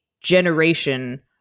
generation